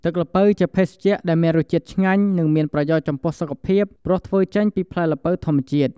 ទឹកល្ពៅជាភេសជ្ជៈដែលមានរសជាតិឆ្ងាញ់ និងមានប្រយោជន៍ចំពោះសុខភាព ព្រោះធ្វើចេញពីផ្លែល្ពៅធម្មជាតិ។